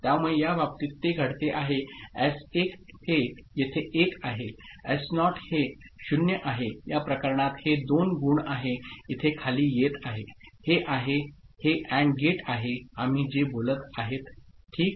त्यामुळे याबाबतीततेघडतेआहे S1हे येथे 1 आहेएसनॉट हे 0 आहेयाप्रकरणात हे दोन गुणआहेइथे खाली येत आहे हेआहेहेANDगेट आहे आम्ही जे बोलत आहेतठीक